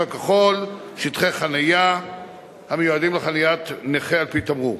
כחול שטחי חנייה המיועדים לחניית נכה על-פי תמרור.